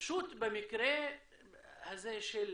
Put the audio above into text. פשוט במקרה הזה של